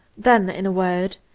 then, in a word,